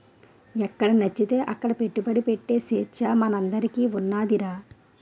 ఎక్కడనచ్చితే అక్కడ పెట్టుబడి ఎట్టే సేచ్చ మనందరికీ ఉన్నాదిరా